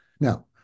Now